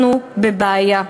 אנחנו בבעיה.